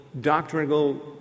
doctrinal